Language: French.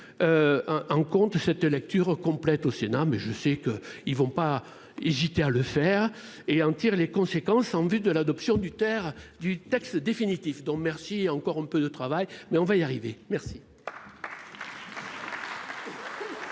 En compte cette lecture complète au Sénat mais je sais que ils ne vont pas hésiter à le faire et en tire les conséquences en vue de l'adoption du terre du texte définitif dans merci encore un peu de travail mais on va y arriver. Merci.